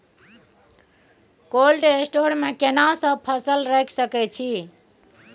Cold store मे केना सब फसल रखि सकय छी?